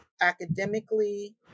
academically